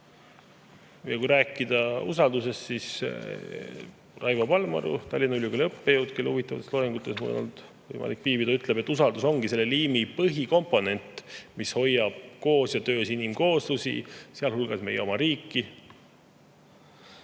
Kui rääkida usaldusest, siis Raivo Palmaru, Tallinna Ülikooli õppejõud, kelle huvitavates loengutes mul on olnud võimalik viibida, ütleb, et usaldus ongi selle liimi põhikomponent, mis hoiab koos ja töös inimkooslusi, sealhulgas meie oma riiki.